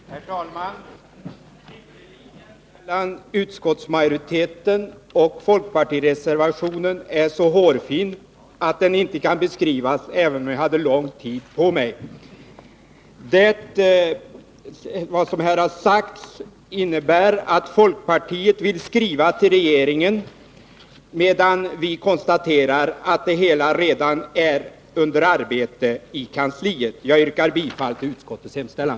Herr talman! Skiljelinjen mellan utskottsmajoritetens skrivning och folkpartireservationen är så hårfin att den inte kan beskrivas, även om jag hade lång tid på mig. Vad som här har sagts innebär att folkpartiet vill skriva till regeringen, medan vi konstaterar att det hela redan är under arbete i regeringskansliet. Jag yrkar bifall till utskottets hemställan.